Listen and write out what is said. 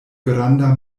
granda